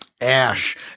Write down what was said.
ash